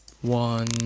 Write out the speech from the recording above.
one